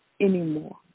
anymore